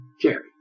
Jerry